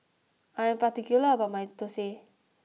I am particular about my Thosai